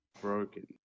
broken